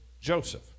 Joseph